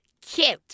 cute